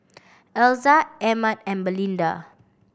Elza Emett and Belinda